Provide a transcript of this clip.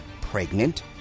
pregnant